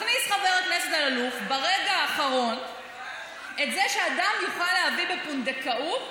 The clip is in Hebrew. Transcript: מכניס חבר הכנסת אלאלוף ברגע האחרון את זה שאדם יוכל להביא בפונדקאות